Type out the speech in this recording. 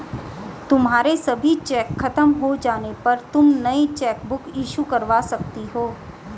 तुम्हारे सभी चेक खत्म हो जाने पर तुम नई चेकबुक इशू करवा सकती हो